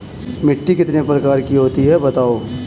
मिट्टी कितने प्रकार की होती हैं बताओ?